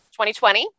2020